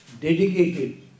dedicated